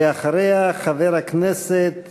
ואחריה, חבר הכנסת